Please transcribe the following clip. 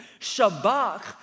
Shabbat